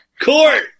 Court